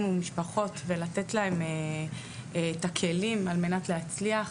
ומשפחות ולתת להם את הכלים על מנת שיוכלו להצליח.